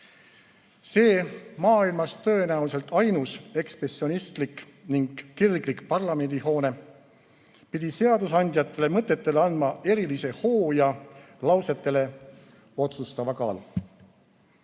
See, maailmas tõenäoliselt ainus ekspressionistlik ning kirglik parlamendihoone, pidi seadusandjate mõtetele andma erilise hoo ja lausetele otsustava kaalu.